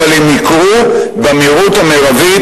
אבל הם יקרו במהירות המרבית,